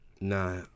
Nah